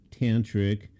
Tantric